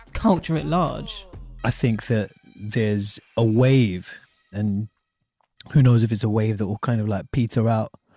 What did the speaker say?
culture at large i think that there's a wave and who knows if it's a wave that will kind of let peter out,